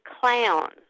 clown